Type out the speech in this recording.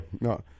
no